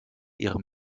ihrem